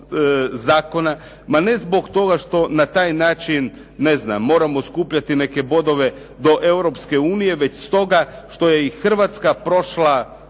zakona ma ne zbog toga što na taj način moramo skupljati neke bodove do Europske unije, već stoga što je i Hrvatska prošla